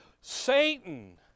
Satan